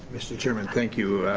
mr. chairman thank you.